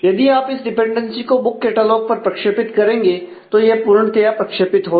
यदि आप इस डिपेंडेंसी को बुक कैटलॉग पर प्रक्षेपित करेंगे तो यह पूर्णतया प्रक्षेपित होगी